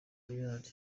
royal